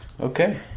Okay